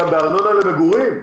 גם בארנונה למגורים,